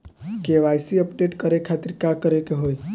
KYC update करे के खातिर का करे के होई?